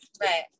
Right